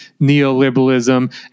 neoliberalism